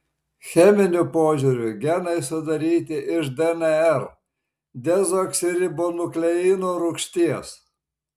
cheminiu požiūriu genai sudaryti iš dnr dezoksiribonukleino rūgšties